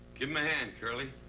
give him a hand, curly.